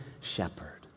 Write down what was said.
shepherd